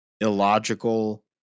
illogical